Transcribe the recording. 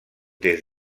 des